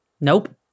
Nope